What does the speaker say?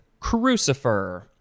crucifer